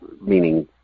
meaning